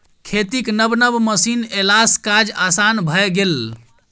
खेतीक नब नब मशीन एलासँ काज आसान भए गेल